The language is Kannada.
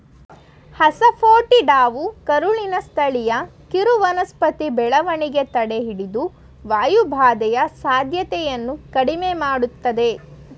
ಅಸಾಫೋಟಿಡಾವು ಕರುಳಿನ ಸ್ಥಳೀಯ ಕಿರುವನಸ್ಪತಿ ಬೆಳವಣಿಗೆ ತಡೆಹಿಡಿದು ವಾಯುಬಾಧೆಯ ಸಾಧ್ಯತೆನ ಕಡಿಮೆ ಮಾಡ್ತದೆ